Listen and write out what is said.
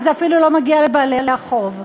וזה אפילו לא מגיע לבעלי החוב.